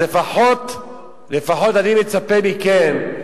אז לפחות אני מצפה מכם: